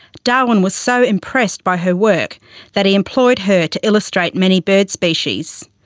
darwin was so impressed by her work that he employed her to illustrate many bird species,